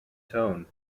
tone